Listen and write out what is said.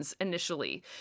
Initially